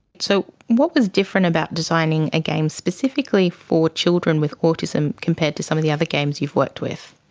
so what was different about designing a game specifically for children with autism compared to some of the other games you've worked with?